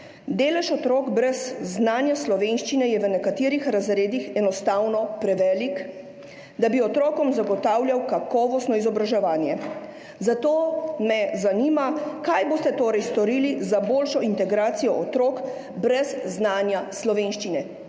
Delež otrok brez znanja slovenščine je v nekaterih razredih enostavno prevelik, da bi otrokom zagotavljal kakovostno izobraževanje. Zato me zanima: Kaj boste torej storili za boljšo integracijo otrok brez znanja slovenščine?